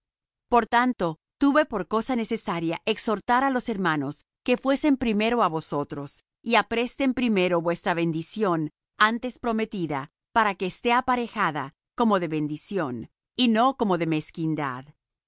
por tanto tuve por cosa necesaria exhortar á los hermanos que fuesen primero á vosotros y apresten primero vuestra bendición antes prometida para que esté aparejada como de bendición y no como de mezquindad